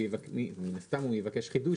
מן הסתם הוא יבקש חידוש,